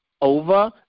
Over